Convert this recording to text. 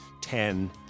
ten